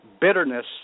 bitterness